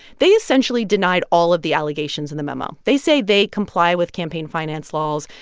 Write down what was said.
they essentially denied all of the allegations in the memo. they say they comply with campaign finance laws.